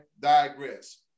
digress